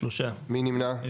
3 נמנעים,